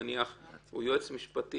נניח הוא יועץ משפטי